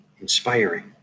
inspiring